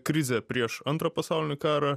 krizė prieš antrą pasaulinį karą